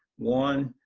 one,